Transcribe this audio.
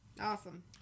Awesome